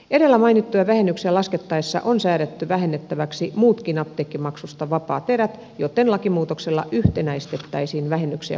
edellä mainittuja vähennyksiä laskettaessa on säädetty vähennettäväksi muutkin apteekkimaksusta vapaat erät joten lakimuutoksella yhtenäistettäisiin vähennyksiä koskeva sääntely